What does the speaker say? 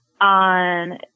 on